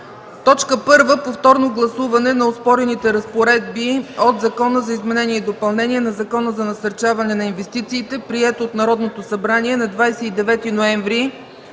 2013 г. 1. Повторно гласуване на оспорените разпоредби от Закона за изменение и допълнение на Закона за насърчаване на инвестициите, приет от Народното събрание на 29 ноември